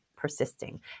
persisting